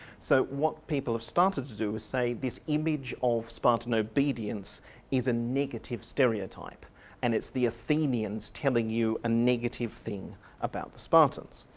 so what people have started to do was say this image of spartan obedience is a negative stereotype and it's the athenians telling you a negative thing about the spartans.